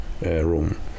room